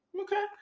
Okay